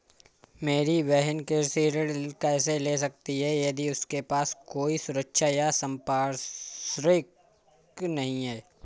मेरी बहिन कृषि ऋण कैसे ले सकती है यदि उसके पास कोई सुरक्षा या संपार्श्विक नहीं है?